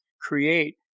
create